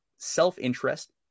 self-interest